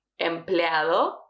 empleado